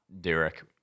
derek